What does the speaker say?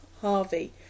Harvey